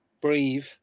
breathe